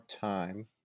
time